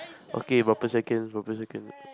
okay but per second but per second